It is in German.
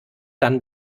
dann